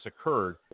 occurred